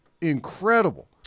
incredible